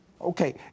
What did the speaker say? Okay